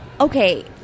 Okay